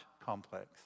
complex